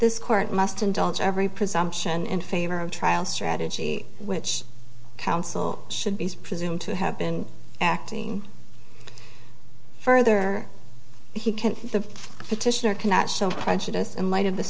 this court must indulge every presumption in favor of trial strategy which counsel should be presumed to have been acting further he can the petitioner cannot show prejudice in light of the